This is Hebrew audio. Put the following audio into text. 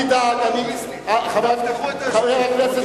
חבר הכנסת,